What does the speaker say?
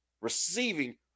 receiving